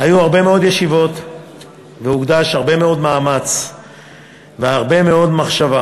הוקדשו הרבה מאוד ישיבות והרבה מאוד מאמץ והרבה מאוד מחשבה,